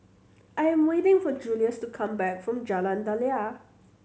I am waiting for Julius to come back from Jalan Daliah